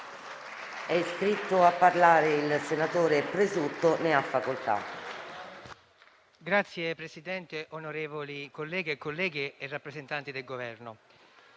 È iscritto a parlare il senatore De Falco. Ne ha facoltà.